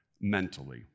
mentally